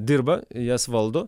dirba jas valdo